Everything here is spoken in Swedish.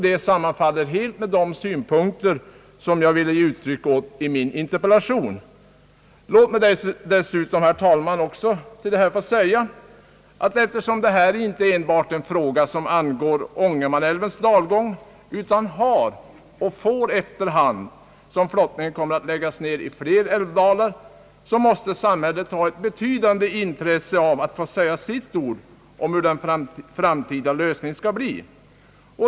Detta sammanfaller helt med de synpunkter jag ville ge uttryck åt i min interpellation. Låt mig också framhålla att eftersom detta problem inte enbart gäller Ångermanälvens dalgång utan har och efter hand får betydelse i fler älvdalar, när flottningen läggs ned, måste samhället ha ett betydande intresse av att få säga sitt ord om hur transporterna i framtiden bör ske.